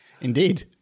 Indeed